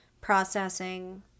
processing